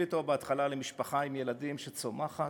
נתחיל לסייע למשפחה עם ילדים, שצומחת,